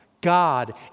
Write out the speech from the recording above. God